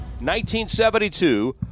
1972